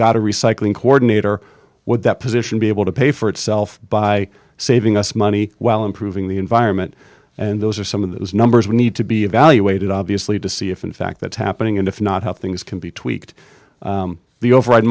a recycling coordinator would that position be able to pay for itself by saving us money while improving the environment and those are some of those numbers we need to be evaluated obviously to see if in fact that's happening and if not how things can be tweaked the override